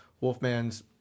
Wolfman's